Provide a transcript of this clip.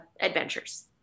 adventures